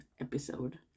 episode